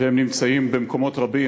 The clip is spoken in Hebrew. והם נמצאים במקומות רבים.